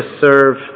serve